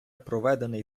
проведений